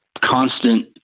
constant